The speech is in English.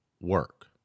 work